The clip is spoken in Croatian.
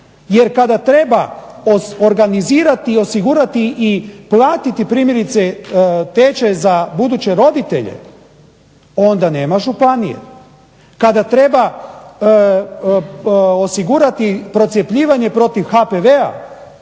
jer kada treba organizirati i osigurati i platiti tečaj za buduće roditelje, onda nema županije, kada treba osigurati procjepljivanje protiv HPV-a